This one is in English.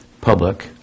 public